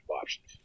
options